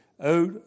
out